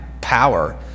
power